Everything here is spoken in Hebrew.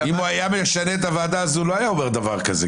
אם הוא היה משנה את הוועדה אז הוא לא היה אומר דבר כזה.